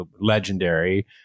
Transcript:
legendary